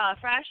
fresh